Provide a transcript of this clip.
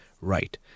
right